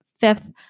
fifth